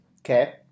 Okay